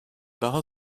daha